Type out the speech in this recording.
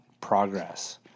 progress